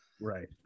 Right